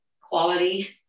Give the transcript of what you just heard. quality